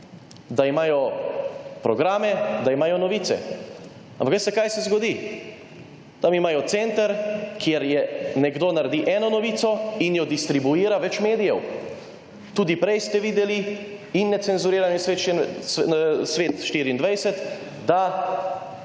da imajo programe, da imajo novice. Ampak, veste, kaj se zgodi? Tam imajo center, kjer nekdo naredi eno novico in jo distribuira več medijev. Tudi prej ste videli, Necenzurirano in Svet24, so